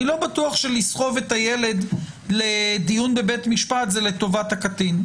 אני לא בטוח שלסחוב את הילד לדיון בבית משפט זה לטובת הקטין.